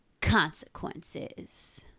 Consequences